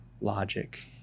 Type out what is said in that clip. logic